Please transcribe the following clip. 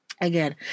Again